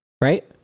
right